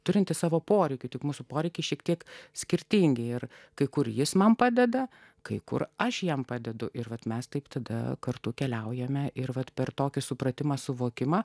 turinti savo poreikių tik mūsų poreikiai šiek tiek skirtingi ir kai kur jis man padeda kai kur aš jam padedu ir vat mes taip tada kartu keliaujame ir vat per tokį supratimą suvokimą